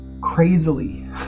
crazily